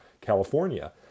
California